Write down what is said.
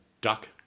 duck